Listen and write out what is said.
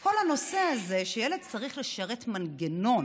כל הנושא הזה שילד צריך לשרת מנגנון